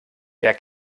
wer